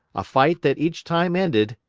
a fight that each time ended,